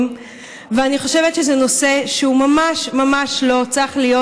ואני חושבת שזה נושא שהוא ממש ממש לא צריך להיות,